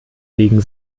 wegen